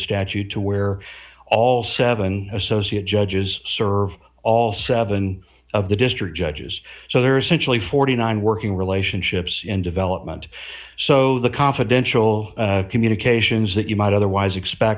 statute to where all seven associate judges serve all seven of the district judges so they're essentially forty nine working relationships in development so the confidential communications that you might otherwise expect